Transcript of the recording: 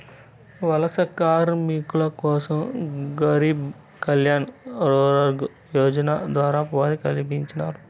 వలస కార్మికుల కోసం గరీబ్ కళ్యాణ్ రోజ్గార్ యోజన ద్వారా ఉపాధి కల్పించినారు